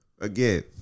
again